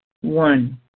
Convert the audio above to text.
One